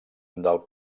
del